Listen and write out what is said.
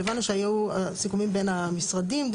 אבל הבנו שהיו סיכומים בין המשרדים.